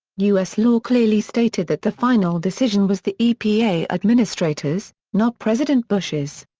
u s. law clearly stated that the final decision was the epa administrator's, not president bush's.